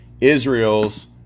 Israel's